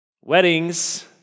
Weddings